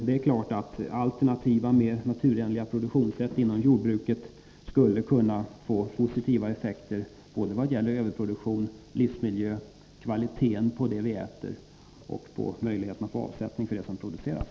Det är klart att alternativa, mer naturenliga produktionssätt inom jordbruket skulle kunna få positiva effekter när det gäller överproduktion, livsmiljö, kvaliteten på det vi äter och möjligheterna att få avsättning för det som produceras.